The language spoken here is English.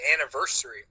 anniversary